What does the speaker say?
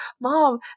mom